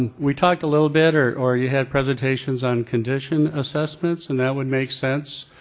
and we talked a little bit or or you had presentations on condition assessments and that would make sense.